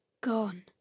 gone